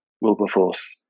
Wilberforce